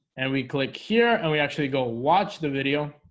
and we click here and we actually go watch the video